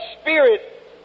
spirit